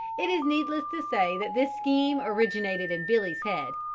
it is needless to say that this scheme originated in billy's head,